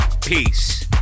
Peace